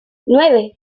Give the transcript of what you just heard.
nueve